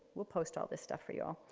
we'll post all these staff for you.